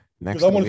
Next